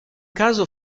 caso